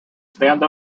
stand